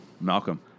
Malcolm